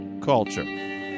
Culture